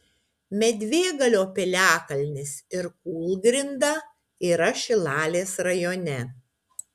medvėgalio piliakalnis ir kūlgrinda yra šilalės rajone